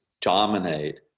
dominate